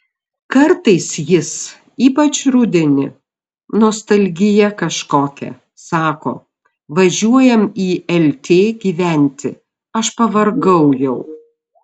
kartais jis ypač rudenį nostalgija kažkokia sako važiuojame į lt gyventi aš pavargau jau